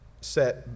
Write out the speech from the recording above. set